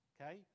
okay